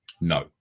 no